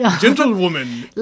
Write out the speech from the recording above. gentlewoman